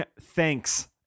thanks